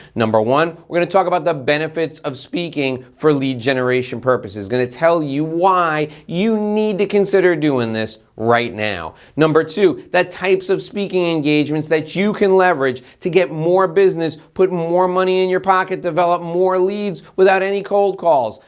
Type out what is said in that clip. number one, we're gonna talk about the benefits of speaking for lead generation purposes. i'm gonna tell you why you need to consider doing this right now. number two, the types of speaking engagements that you can leverage to get more business, put more money in your pocket, develop more leads without any cold calls.